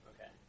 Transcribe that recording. Okay